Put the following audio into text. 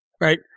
right